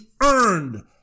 earned